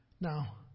Now